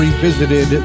Revisited